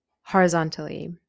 horizontally